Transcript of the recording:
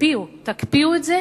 תקפיאו את זה